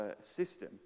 system